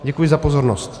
Děkuji za pozornost.